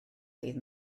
ddydd